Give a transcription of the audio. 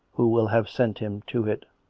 who will have sent him to it.